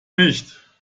nicht